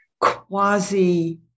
quasi